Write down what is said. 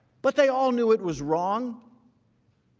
but they all knew it was wrong.